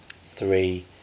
three